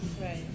Right